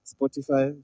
Spotify